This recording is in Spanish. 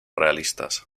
realistas